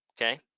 okay